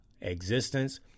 existence